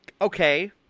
Okay